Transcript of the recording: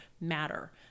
matter